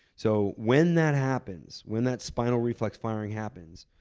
so when that happens, when that spinal reflex firing happens,